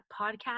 podcast